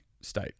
state